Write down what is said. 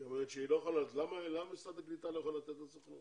היא אומרת שהיא לא יכולה ל למה משרד הקליטה לא יכול לתת לסוכנות?